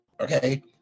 Okay